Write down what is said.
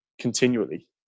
continually